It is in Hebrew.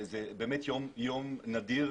זה באמת יום נדיר,